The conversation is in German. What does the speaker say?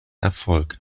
erfolg